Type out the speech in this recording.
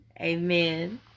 Amen